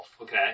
Okay